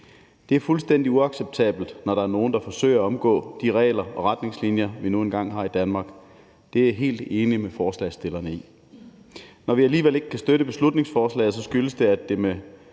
Det er fuldstændig uacceptabelt, når der er nogle, der forsøger at omgå de regler og retningslinjer, vi nu engang har i Danmark. Det er jeg helt enig med forslagsstillerne i. Når vi alligevel ikke kan støtte beslutningsforslaget, skyldes det, at der med